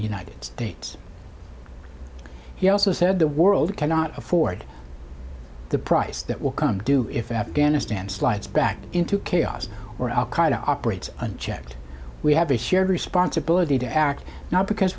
united states he also said the world cannot afford the price that will come due if afghanistan slides back into chaos or al qaeda operates unchecked we have a shared responsibility to act now because